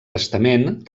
testament